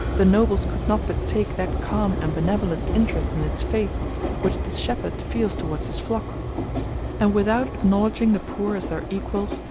the nobles could not but take that calm and benevolent interest in its fate which the shepherd feels towards his flock and without acknowledging the poor as their equals,